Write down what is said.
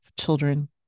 children